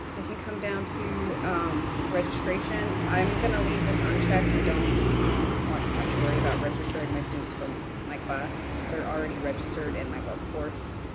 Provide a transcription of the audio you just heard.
i can come down to registration, i'm going to leave this unchecked, i don't um want to have to worry about registering my students for my class, they're already registered in my webcourse.